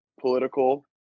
political